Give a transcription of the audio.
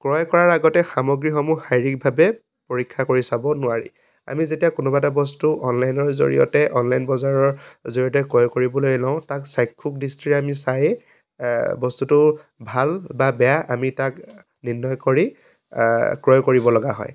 ক্ৰয় কৰাৰ আগতে সামগ্ৰীসমূহ শাৰীৰিকভাৱে পৰীক্ষা কৰি চাব নোৱাৰি আমি যেতিয়া কোনোবা এটা বস্তু অনলাইনৰ জৰিয়তে অনলাইন বজাৰৰ জৰিয়তে ক্ৰয় কৰিবলৈ লওঁ তাক চাক্ষুষ দৃষ্টিৰে আমি চায়ে বস্তুটো ভাল বা বেয়া আমি তাক নিৰ্ণয় কৰি ক্ৰয় কৰিবলগা হয়